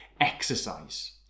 Exercise